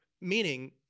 Meaning